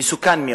מסוכן מאוד,